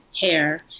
hair